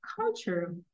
culture